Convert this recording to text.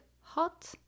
hot